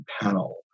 panel